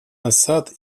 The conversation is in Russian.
асад